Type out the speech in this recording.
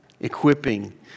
equipping